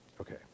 Okay